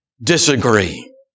disagree